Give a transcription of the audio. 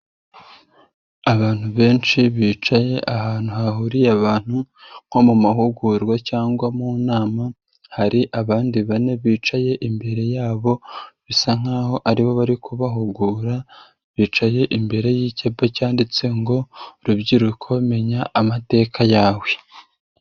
Abantu benshi bicaye ahantu hahuriye abantu nko mu mahugurwa cyangwa mu nama, hari abandi bane bicaye imbere yabo bisa nkaho ari bo bari kubahugura, bicaye imbere y'icyapa cyanditse ngo rubyiruko menya amateka yawe.